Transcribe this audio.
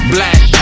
Black